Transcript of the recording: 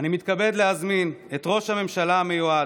אני מתכבד להזמין את ראש הממשלה המיועד,